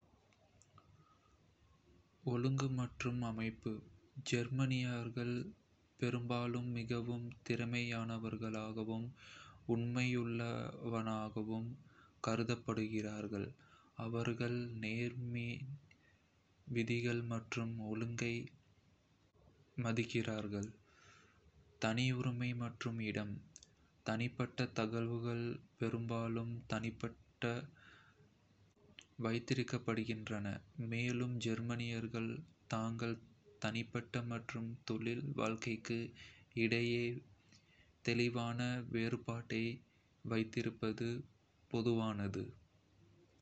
ஒழுங்கு மற்றும் அமைப்பு ஜேர்மனியர்கள் பெரும்பாலும் மிகவும் திறமையானவர்களாகவும், உண்மையுள்ளவர்களாகவும் கருதப்படுகிறார்கள். அவர்கள் நேரமின்மை, விதிகள் மற்றும் ஒழுங்கை மதிக்கிறார்கள். தனியுரிமை மற்றும் இடம் தனிப்பட்ட தகவல்கள் பெரும்பாலும் தனிப்பட்டதாக வைக்கப்படுகின்றன, மேலும் ஜேர்மனியர்கள் தங்கள் தனிப்பட்ட மற்றும் தொழில் வாழ்க்கைக்கு இடையே தெளிவான வேறுபாட்டை வைத்திருப்பது பொதுவானது.